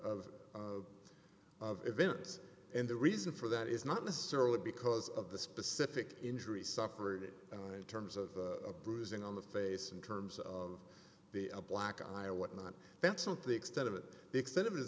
events and the reason for that is not necessarily because of the specific injury suffered in terms of a bruising on the face in terms of the a black eye or whatnot that something extent of it the extent of it is